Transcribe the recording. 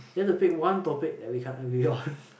you have to pick one topic that we can agree on